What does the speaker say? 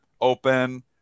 open